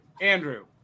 Andrew